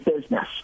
business